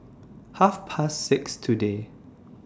Half Past six today